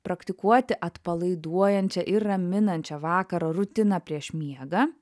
praktikuoti atpalaiduojančią ir raminančią vakaro rutiną prieš miegą